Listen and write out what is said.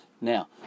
now